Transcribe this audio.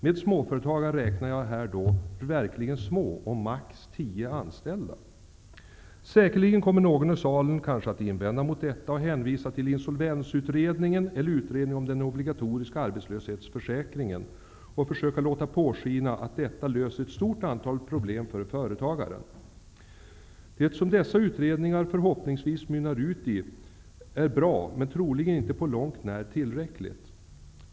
Till småföretagare räknar jag då verkligen små företag med max tio anställda. Någon i salen kommer säkerligen att invända mot detta och hänvisa till insolvensutredningen eller utredningen om den obligatoriska arbetslöshetsförsäkringen och försöka låta påskina att detta löser ett stort antal problem för företagaren. Det som dessa utredningar förhoppningsvis mynnar ut i är bra, men troligen inte på långt när tillräckligt.